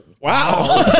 wow